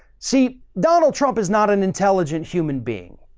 see, donald trump is not an intelligent human being.